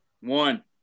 One